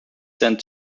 sent